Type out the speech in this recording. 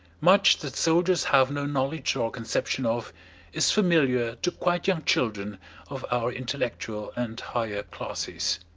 much that soldiers have no knowledge or conception of is familiar to quite young children of our intellectual and higher classes.